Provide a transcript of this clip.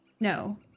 No